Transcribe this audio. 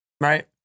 Right